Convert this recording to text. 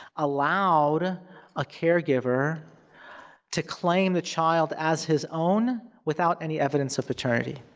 allowed a caregiver to claim the child as his own without any evidence of paternity,